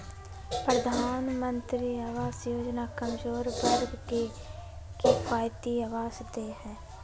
प्रधानमंत्री आवास योजना कमजोर वर्ग के किफायती आवास दे हइ